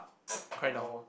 cry now